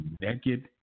Naked